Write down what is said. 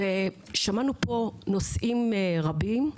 שמענו פה נושאים רבים,